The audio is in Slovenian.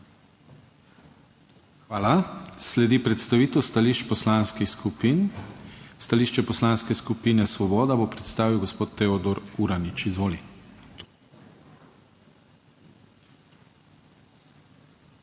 Hvala. Sledi predstavitev stališč poslanskih skupin. Stališče Poslanske skupine Svoboda bo predstavil gospod Teodor Uranič. Izvoli.